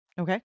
Okay